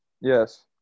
Yes